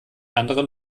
anderen